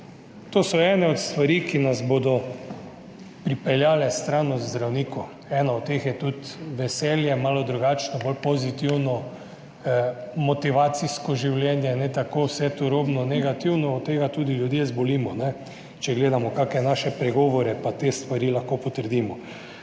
To so ene od stvari, ki nas bodo pripeljale stran od zdravnikov. Ena od teh je tudi veselje, malo drugačno, bolj pozitivno, motivacijsko življenje, ne tako vse turobno, negativno, od tega ljudje tudi zbolimo. Če gledamo kakšne naše pregovore, pa te stvari lahko potrdimo.